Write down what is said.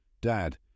Dad